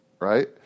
Right